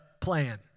plan